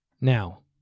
Now